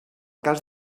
cas